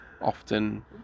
often